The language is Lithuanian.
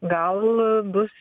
gal bus